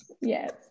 Yes